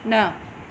न